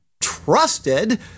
trusted